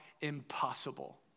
impossible